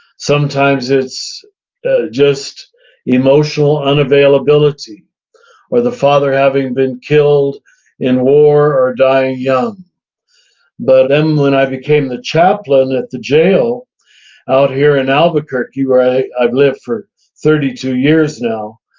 sometimes it's just emotional unavailability or the father having been killed in war or dying young but then when i became the chaplain at the jail out here in albuquerque where i've lived for thirty two years now,